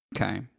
Okay